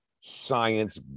science